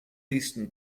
eastern